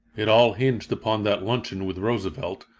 it all hinged upon that luncheon with roosevelt,